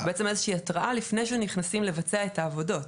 בעצם איזה שהיא התראה לפני שנכנסים לבצע את העבודות.